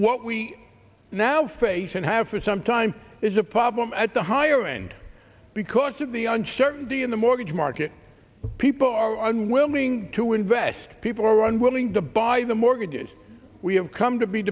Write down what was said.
what we now face and have for some time is a problem at the higher end because of the uncertainty in the mortgage market people are unwilling to invest people are unwilling to buy the mortgages we have come to be